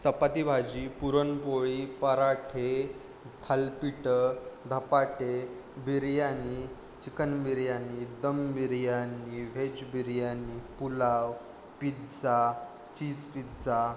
चपाती भाजी पुरणपोळी पराठे थालपिटं धपाटे biryani chicken biryani dum biryani veg biryani pulao pizza cheese pizza